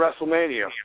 WrestleMania